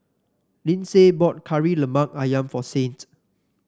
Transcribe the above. Lyndsay bought Kari Lemak ayam for Saint